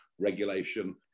regulation